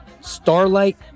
Starlight